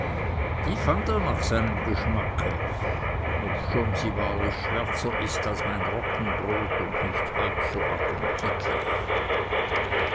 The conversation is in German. die fand er nach seinem geschmacke obschon sie wahrlich schwarzer ist als mein roggenbrot und nicht halb so appetitlich